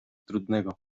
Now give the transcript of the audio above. trudnego